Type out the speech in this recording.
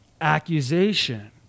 accusation